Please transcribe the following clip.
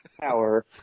power